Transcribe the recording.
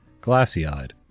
Glassy-eyed